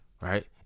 right